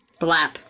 blap